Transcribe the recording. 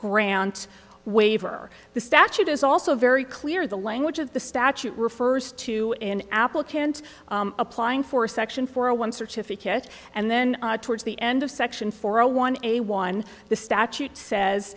grant waiver the statute is also very clear the language of the statute refers to an applicant applying for section four a one certificate and then towards the end of section four a one a one the statute says